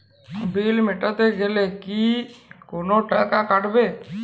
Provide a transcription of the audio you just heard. বিল মেটাতে গেলে কি কোনো টাকা কাটাবে?